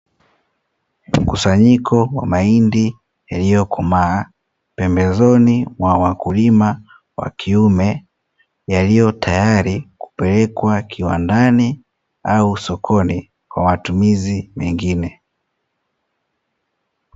Mkusanyiko wa mahindi yaliyokomaa pembezoni mwa wakulima wa kiume, yaliyo tayari kupelekwa kiwandani au sokoni kwa matumizi mengine.